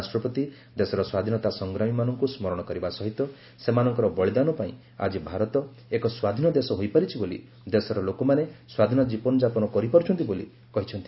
ରାଷ୍ଟ୍ରପତି ଦେଶର ସ୍ୱାଧୀନତା ସଂଗ୍ରାମୀମାନଙ୍କୁ ସ୍ମରଣ କରିବା ସହିତ ସେମାନଙ୍କର ବଳୀଦାନ ପାଇଁ ଆଜି ଭାରତ ଏକ ସ୍ୱାଧୀନ ଦେଶ ହୋଇପାରିଛି ଓ ଦେଶର ଲୋକମାନେ ସ୍ୱାଧୀନ ଜୀବନ ଯାପନ କରିପାରୁଛନ୍ତି ବୋଲି କହିଛନ୍ତି